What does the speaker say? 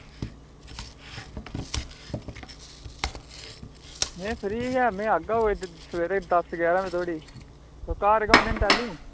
में फ्री गै में आह्गा कोई दस्स जारहां बजे धोड़ी तुस घर गै होने ना तैलूं